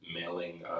mailing